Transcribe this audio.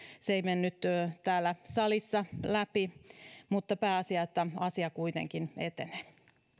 se ei mennyt täällä salissa läpi mutta pääasia että asia kuitenkin etenee